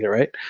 right?